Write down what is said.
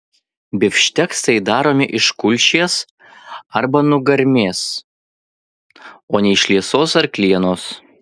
bifšteksai daromi iš kulšies arba nugarmės o ne iš liesos arklienos